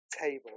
table